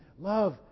love